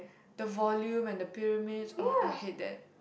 the volume and the pyramids orh I hate that